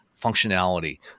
functionality